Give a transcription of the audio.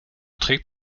trägt